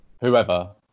whoever